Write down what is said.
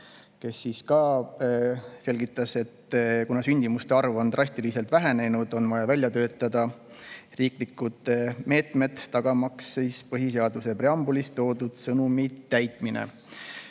kes ka selgitas, et kuna sündimus on drastiliselt vähenenud, on vaja välja töötada riiklikud meetmed, tagamaks põhiseaduse preambulis toodud [kohustuse] täitmine.